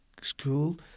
school